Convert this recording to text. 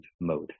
mode